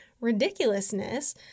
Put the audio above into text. ridiculousness